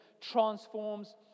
transforms